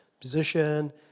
position